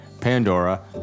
Pandora